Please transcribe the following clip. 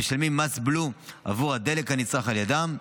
המשלמים מס בלו עבור הדלק הנצרך על ידם.